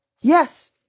yes